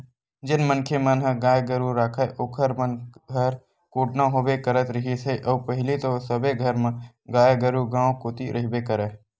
जेन मनखे मन ह गाय गरु राखय ओखर मन घर कोटना होबे करत रिहिस हे अउ पहिली तो सबे घर म गाय गरु गाँव कोती रहिबे करय